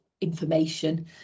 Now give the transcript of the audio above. information